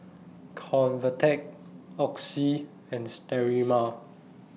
Convatec Oxy and Sterimar